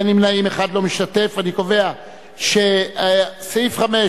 קובע שסעיף 5,